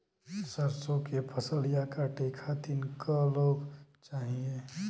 सरसो के फसलिया कांटे खातिन क लोग चाहिए?